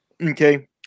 Okay